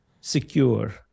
secure